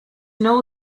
know